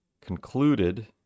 concluded